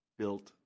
built